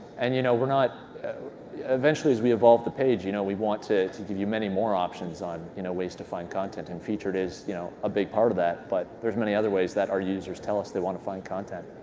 and you know eventually as we evolve the page, you know we want to to give you many more options on you know ways to find content, and featured is you know a big part of that. but there's many other ways that our users tell us they want to find content.